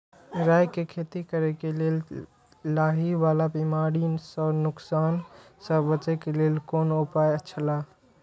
राय के खेती करे के लेल लाहि वाला बिमारी स नुकसान स बचे के लेल कोन उपाय छला?